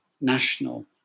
national